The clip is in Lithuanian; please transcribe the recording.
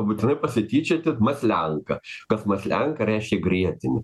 būtinai pasityčioti maslenka kas maslenka reiškia grietinę